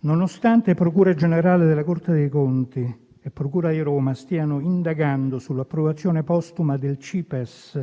nonostante procura generale della Corte dei conti e procura di Roma stiano indagando sull'approvazione postuma del CIPES,